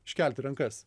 iškelti rankas